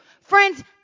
friends